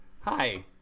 Hi